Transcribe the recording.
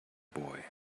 boy